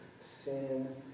sin